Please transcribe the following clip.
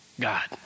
God